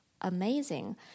amazing